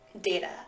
data